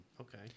Okay